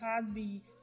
Cosby